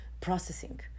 processing